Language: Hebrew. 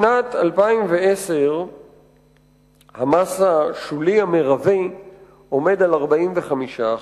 בשנת 2010 המס השולי המרבי עומד על 45%,